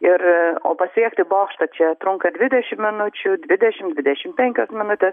ir o pasiekti bokštą čia trunka dvidešim minučių dvidešim dvidešim penkios minutės